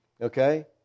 okay